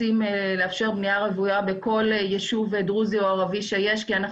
רוצים לאפשר בנייה רוויה בכל יישוב דרוזי או ערבי כי אנחנו